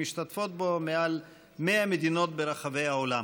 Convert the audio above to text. שמשתתפות בו מעל 100 מדינות ברחבי בעולם.